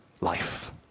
life